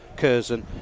Curzon